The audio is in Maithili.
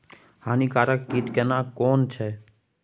हानिकारक कीट केना कोन छै?